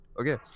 okay